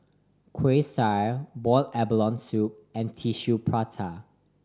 Kueh Syara boiled abalone soup and Tissue Prata